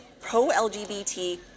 pro-LGBT